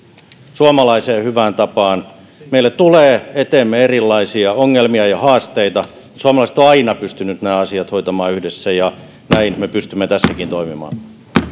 suomalaiseen hyvään tapaan meille tulee eteemme erilaisia ongelmia ja haasteita suomalaiset ovat aina pystyneet nämä asiat hoitamaan yhdessä ja näin me pystymme tässäkin toimimaan